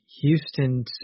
Houston